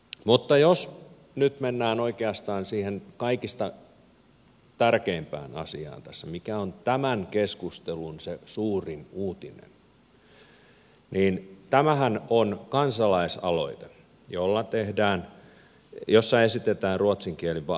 mutta jos nyt mennään oikeastaan siihen kaikista tärkeimpään asiaan tässä mikä on tämän keskustelun se suurin uutinen niin tämähän on kansalaisaloite jossa esitetään ruotsin kieli valinnaiseksi